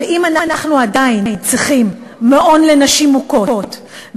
אבל אם אנחנו עדיין צריכים מעון לנשים מוכות,